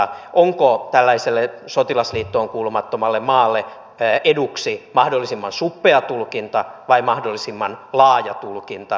onko tällaiselle sotilasliittoon kuulumattomalle maalle eduksi mahdollisimman suppea tulkinta vai mahdollisimman laaja tulkinta